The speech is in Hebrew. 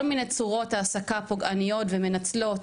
כל מיני צורות העסקה פוגעניות ומנצלות,